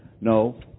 No